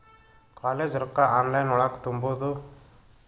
College ರೊಕ್ಕ online ಒಳಗ ತುಂಬುದು?